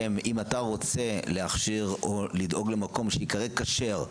של אם אתה רוצה להכשיר או לדאוג למקום שייקרא כשר,